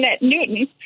Newton